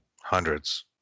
hundreds